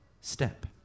step